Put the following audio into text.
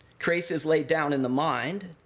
traces laid down in the mind,